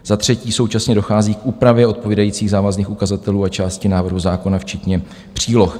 Za třetí současně dochází k úpravě odpovídajících závazných ukazatelů a části návrhu zákona včetně příloh.